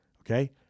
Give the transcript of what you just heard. okay